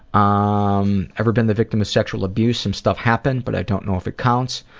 ah um ever been the victim of sexual abuse some stuff happened but i don't know if it counts.